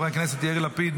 יאיר לפיד,